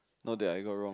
not that I got wrong